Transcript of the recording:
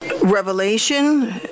Revelation